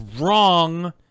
wrong